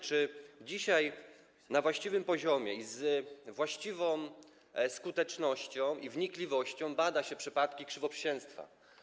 Czy dzisiaj na właściwym poziomie i z właściwą skutecznością i wnikliwością bada się przypadki krzywoprzysięstwa?